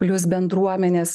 plius bendruomenės